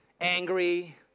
angry